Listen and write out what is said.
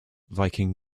viking